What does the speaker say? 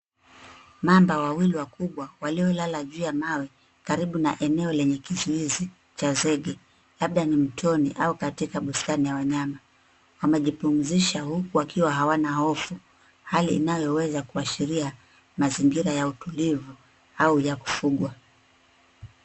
Mamba wawili wakibwa wakubwa waliolala juu ya mawe karibu na eneo lenye kizuizi cha zege, labda ni mtoni au katika bustani la wanyama. Wamejipumzisha huku wakiwa hawana hofu hali inayoweza kuashiria mazingira ya utulivu au ya kufugwa.